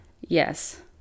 Yes